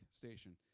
station